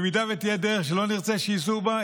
אם תהיה דרך שלא נרצה שייסעו בה,